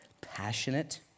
passionate